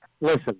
listen